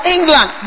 England